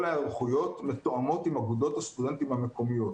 ההיערכויות מתואמות עם אגודות הסטודנטים המקומיות.